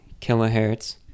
kilohertz